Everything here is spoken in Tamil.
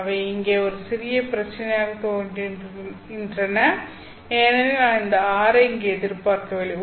அவை இங்கே ஒரு சிறிய பிரச்சனையாகத் தோன்றுகின்றன ஏனெனில் நான் இந்த r ஐ இங்கே எதிர்பார்க்கவில்லை